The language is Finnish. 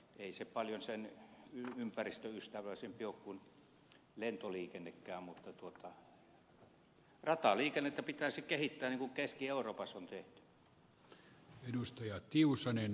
ei se paljon sen ympäristöystävällisempi vaihtoehto ole kuin lentoliikennekään mutta rataliikennettä pitäisi kehittää niin kuin keski euroopassa on tehty